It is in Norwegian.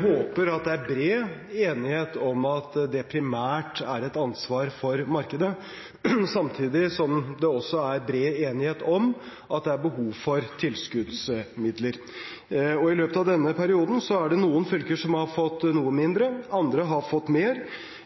håper det er bred enighet om at det primært er et ansvar for markedet, samtidig som det også er bred enighet om at det er behov for tilskuddsmidler. I løpet av denne perioden er det noen fylker som har fått noe mindre. Andre har fått mer.